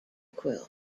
quill